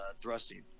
thrusting